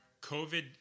COVID